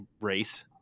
race